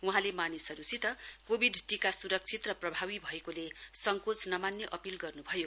वहाँले मानिसहरूसित कोविड टीका स्रक्षित र प्रभावी भएकोले सङ्कोच नमान्ने अपील गर्न् भयो